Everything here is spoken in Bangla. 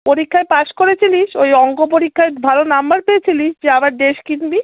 পরীক্ষায় পাশ করেছিলিস ওই অঙ্ক পরীক্ষায় ভালো নম্বর পেয়েছিলিস যে আবার ড্রেস কিনবি